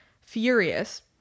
furious